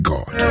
God